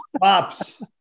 Pops